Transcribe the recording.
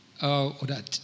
oder